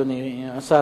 אדוני השר,